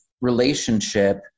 relationship